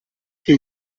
che